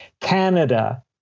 Canada